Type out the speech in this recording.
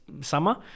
summer